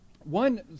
one